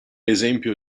esempio